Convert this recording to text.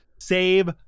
Save